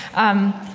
um,